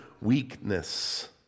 weakness